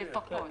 לפחות.